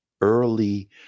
early